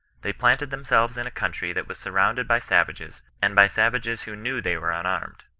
they planted themselves in a country that was surroimded by savages, and by savages who knew they were un armed.